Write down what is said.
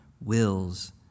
wills